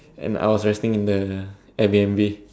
and I was resting in the Airbnb